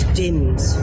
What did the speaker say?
dims